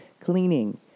cleaning